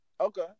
Okay